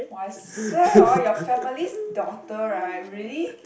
!wah! I swear hor your family's daughter right really